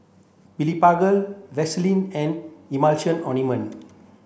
Blephagel Vaselin and Emulsying Ointment